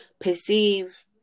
perceive